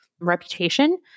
reputation